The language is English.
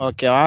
Okay